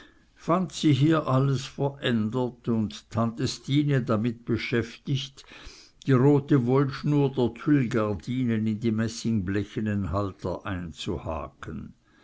fand sie hier alles verändert und tante stine damit beschäftigt die rote wollschnur der tüllgardinen in die messingblechenen halter